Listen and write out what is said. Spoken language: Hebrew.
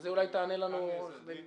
על זה אולי תענה לנו עורכת הדין טפליץ.